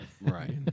right